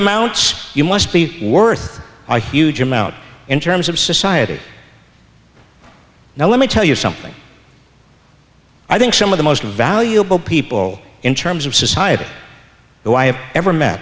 amounts you must be worth a huge amount in terms of society now let me tell you something i think some of the most valuable people in terms of society who i have ever met